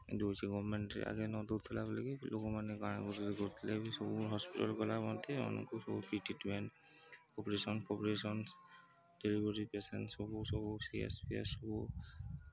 ଦେଉଛି ଗମେଣ୍ଟରେ ଆଗେ ଦେଉନଥିଲା ବୋଲି ବିି ଲୋକମାନେ କ'ଣ କରୁଥିଲେ ବି ସବୁ ହସ୍ପିଟାଲ ଗଲା ମଧ୍ୟ ଆମାନଙ୍କୁ ସବୁ ଟ୍ରିଟମେଣ୍ଟ ଅପରେସନ୍ ଫପରେସନ୍ ଡେଲିଭରି ପେସେଣ୍ଟ ସବୁ ସବୁ ସିଏସ୍ ଫିଏସ ସବୁ